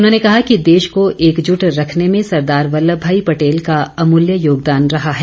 उन्होंने कहा कि देश को एकजुट रखने में सरदार वल्लभ भाई पटेल का अमूल्य योगदान रहा है